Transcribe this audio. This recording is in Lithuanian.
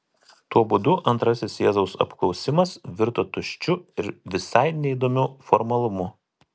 tuo būdu antrasis jėzaus apklausimas virto tuščiu ir visai neįdomiu formalumu